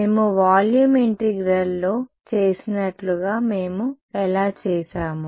మేము వాల్యూమ్ ఇంటిగ్రల్లో చేసినట్లుగా మేము ఎలా చేసాము